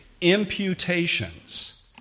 imputations